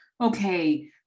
okay